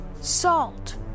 salt